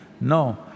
No